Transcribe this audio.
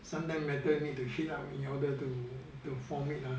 sometime metal need to heat up in order to to form it ah